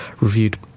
reviewed